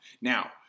Now